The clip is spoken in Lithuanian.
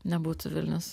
nebūtų vilnius